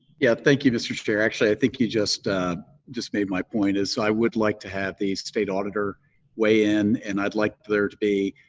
yeah, thank you, mr. chair. i think you just just made my point, is so i would like to have the state auditor weigh in and i'd like there to be